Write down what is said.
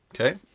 Okay